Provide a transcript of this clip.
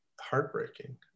heartbreaking